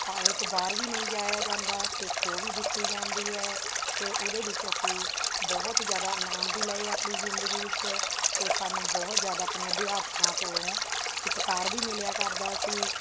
ਪਾੜੇ ਤੋਂ ਬਾਹਰ ਵੀ ਨਹੀਂ ਜਾਇਆ ਜਾਂਦਾ ਅਤੇ ਖੋ ਵੀ ਦਿੱਤੀ ਜਾਂਦੀ ਹੈ ਅਤੇ ਉਹਦੇ ਵਿੱਚ ਅਸੀਂ ਬਹੁਤ ਜ਼ਿਆਦਾ ਇਨਾਮ ਵੀ ਲਏ ਆਪਣੀ ਜ਼ਿੰਦਗੀ ਵਿੱਚ ਅਤੇ ਸਾਨੂੰ ਬਹੁਤ ਜ਼ਿਆਦਾ ਆਪਣੇ ਅਧਿਆਪਕਾਂ ਕੋਲ਼ੋ ਸਤਿਕਾਰ ਵੀ ਮਿਲਿਆ ਕਰਦਾ ਸੀ